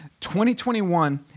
2021